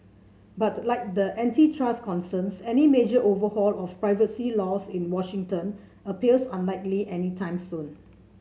but like the antitrust concerns any major overhaul of privacy law in Washington appears unlikely anytime soon